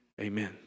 Amen